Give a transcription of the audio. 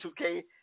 2K